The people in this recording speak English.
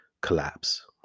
collapse